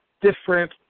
different